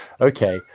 okay